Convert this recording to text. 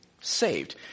saved